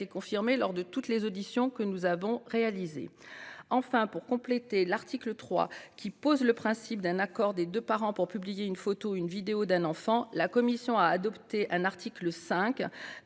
confirmé lors de toutes les auditions que nous avons réalisées. Enfin, pour compléter l'article 3 qui pose le principe d'un accord des deux parents pour publier une photo ou une vidéo d'un enfant, la commission a adopté un article 5